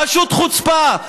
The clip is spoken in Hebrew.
פשוט חוצפה.